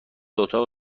اتاق